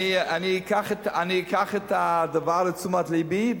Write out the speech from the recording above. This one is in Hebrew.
אני אקח את הדבר לתשומת לבי,